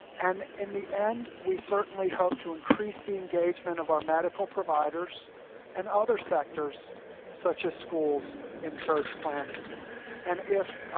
and in the end, we certainly hope to increase the engagement of our medical providers and other sectors such as schools in surge planning and if